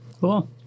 Cool